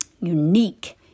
Unique